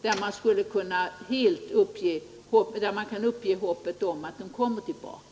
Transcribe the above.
Det är vägledning i detta avseende som vi väntar på från socialstyrelsen.